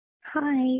Hi